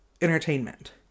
entertainment